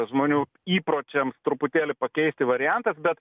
žmonių įpročiams truputėlį pakeisti variantas bet